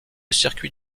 circuit